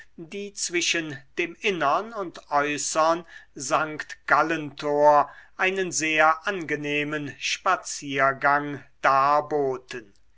die zwischen dem innern und äußern sankt gallen tor einen sehr angenehmen spaziergang darboten